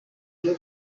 byo